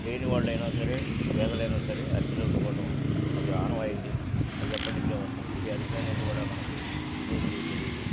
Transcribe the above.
లేనివడైనా సరే పేదలైనా సరే అరిసెలు ఉండుకోవటం అది ఆనమయిది అది ఎప్పటినుంచో వస్తుంది ఈ అరిసెల అనేది కూడా మనకి విదేశీలకు తెలియదు